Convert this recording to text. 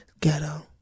Ghetto